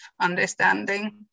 understanding